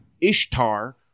Ishtar